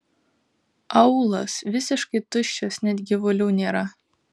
aūlas visiškai tuščias net gyvulių nėra